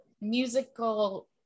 musical